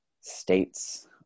states